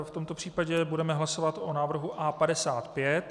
V tomto případě budeme hlasovat o návrhu A55.